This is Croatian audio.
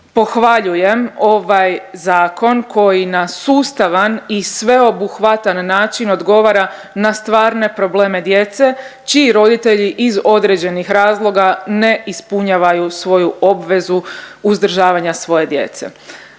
pohvaljujem ovaj zakon koji na sustavan i sveobuhvatan način odgovara na stvarne probleme djece čiji roditelji iz određenih razloga ne ispunjavaju svoju obvezu uzdržavanja svoje djece.